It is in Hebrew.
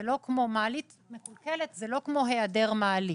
זה לא כמו היעדר מעלית.